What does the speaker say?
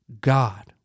God